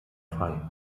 frei